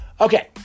Okay